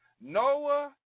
Noah